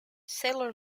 sailor